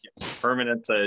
Permanent